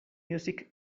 music